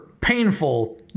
painful